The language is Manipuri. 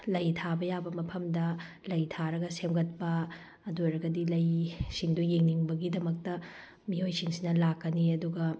ꯂꯩ ꯊꯥꯕ ꯌꯥꯕ ꯃꯐꯝꯗ ꯂꯩ ꯊꯥꯔꯒ ꯁꯦꯝꯒꯠꯄ ꯑꯗꯨ ꯑꯣꯏꯔꯒꯗꯤ ꯂꯩ ꯁꯤꯡꯗꯨ ꯌꯦꯡꯅꯤꯡꯕꯒꯤꯗꯃꯛꯇ ꯃꯤꯑꯣꯏꯁꯤꯡꯁꯤꯅ ꯂꯥꯛꯀꯅꯤ ꯑꯗꯨꯒ